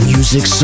Music